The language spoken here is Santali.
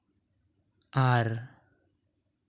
ᱟᱨ